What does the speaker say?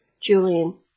Julian